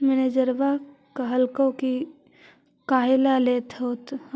मैनेजरवा कहलको कि काहेला लेथ हहो?